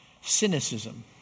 Cynicism